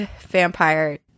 vampire